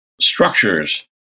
structures